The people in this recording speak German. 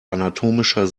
anatomischer